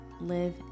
live